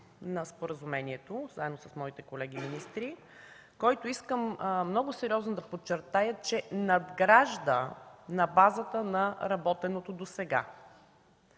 на споразумението, заедно с моите колеги министри, който, искам много сериозно да подчертая, надгражда на базата на работеното досега!